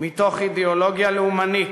מתוך אידיאולוגיה לאומנית,